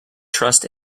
trust